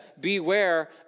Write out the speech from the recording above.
beware